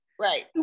Right